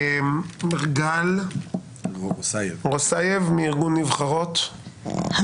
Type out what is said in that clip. גל רוסאייב מארגון "נבחרות", בבקשה.